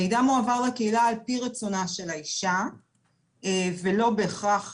המידע מועבר לקהילה על פי רצונה של האישה ולא בהכרח